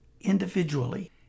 individually